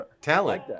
talent